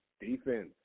defense